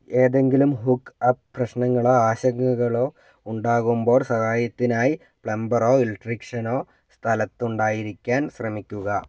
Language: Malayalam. ഏതെങ്കിലും ഹുക്ക് അപ്പ് പ്രശ്നങ്ങളോ ആശങ്കകളോ ഉണ്ടാകുമ്പോൾ സഹായത്തിനായി പ്ലംബറോ ഇലക്ട്രീഷ്യനോ സ്ഥലത്തുണ്ടായിരിക്കാൻ ശ്രമിക്കുക